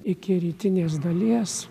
iki rytinės dalies